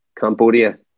Cambodia